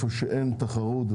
מקומות שאין תחרות,